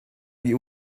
you